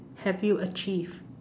have you achieved